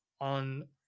on